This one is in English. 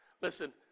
Listen